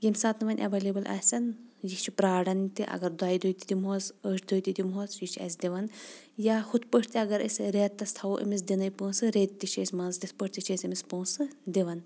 ییٚمہِ ساتہٕ نہٕ ونۍ اٮ۪ویلیبٕل آسن یہِ چھُ پرٛاران تہِ اگر دۄیہِ دُہۍ تہِ دِمہٕ ہوس ٲٹھِ دُہۍ تہِ دِمہٕ ہوس یہِ چھُ اسہِ دِوان یا ہُتھ پٲٹھۍ تہِ اگر أسۍ رٮ۪تس تھاوو أمِس دِنٕے پۄنٛسہٕ ریٚتۍ تہِ چھِ أسۍ منٛزٕ تِتھ پٲٹھۍ تہِ چھ أسۍ أمِس پونٛسہٕ دِوان